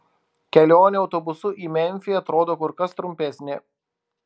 kelionė autobusu į memfį atrodo kur kas trumpesnė